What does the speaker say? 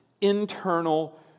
internal